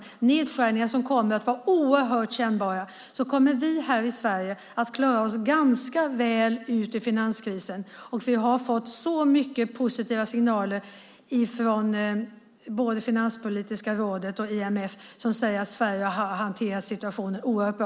Det är nedskärningar som kommer att vara oerhört kännbara, medan vi här i Sverige kommer att klara oss ganska väl ut ur finanskrisen. Vi har fått mycket positiva signaler från både Finanspolitiska rådet och IMF som säger att Sverige har hanterat situationen oerhört bra.